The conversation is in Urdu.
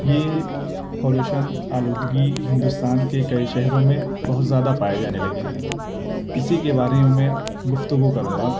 یہ پالوشن آلودگی ہندوستان کے کئی شہروں میں بہت زیادہ پائے جانے لگے ہیں اسی کے بارے میں گفتگو کروں گا